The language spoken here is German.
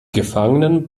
gefangenen